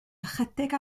ychydig